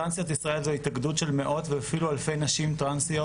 טרנסיות ישראל זו התאגדות של מאות ואפילו אלפי נשים טרנסיות,